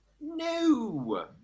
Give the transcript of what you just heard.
No